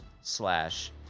slash